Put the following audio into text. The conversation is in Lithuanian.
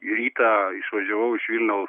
rytą išvažiavau iš vilniaus